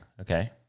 Okay